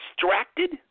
distracted